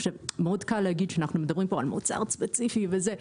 עכשיו מאוד קל להגיד שאנחנו מדברים פה על מוצר ספציפי וזה,